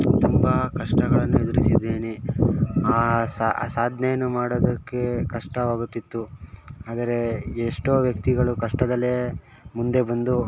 ತುಂಬ ಕಷ್ಟಗಳನ್ನು ಎದುರಿಸಿದ್ದೀನಿ ಆ ಸಹ ಆ ಸಾಧನೇನೂ ಮಾಡೋದಕ್ಕೆ ಕಷ್ಟವಾಗುತಿತ್ತು ಆದರೆ ಎಷ್ಟೋ ವ್ಯಕ್ತಿಗಳು ಕಷ್ಟದಲ್ಲೇ ಮುಂದೆ ಬಂದು